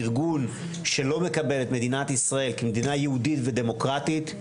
ארגון שלא מקבל את מדינת ישראל כמדינה יהודית ודמוקרטית,